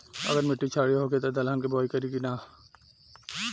अगर मिट्टी क्षारीय होखे त दलहन के बुआई करी की न?